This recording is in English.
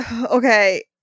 okay